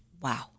Wow